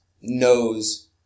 knows –